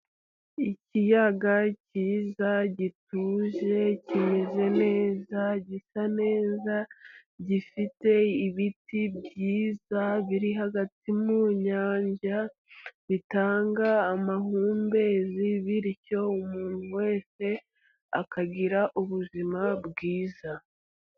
Ikiyaga cyiza gituze kimeze neza, gisa neza gifite ibiti byiza biri hagati mu nyanja bitanga amahumbezi, bityo umuntu wese akagira ubuzima bwiza.